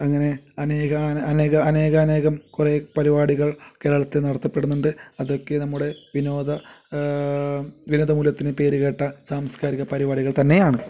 അങ്ങനെ അനേക അനേക അനേകം അനേകം കുറേ പരിപാടികൾ കേരളത്തിൽ നടത്തപ്പെടുന്നുണ്ട് അതൊക്കെ നമ്മുടെ വിനോദ വിനോദ മൂല്യത്തിന് പേരുകേട്ട സാംസ്കാരിക പരിപാടികൾ തന്നെയാണ്